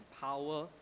power